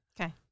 Okay